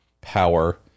power